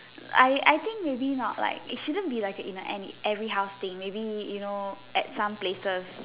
I I think maybe not like it shouldn't be like in a in every house thing like maybe you know in some places